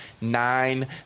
Nine